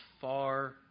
far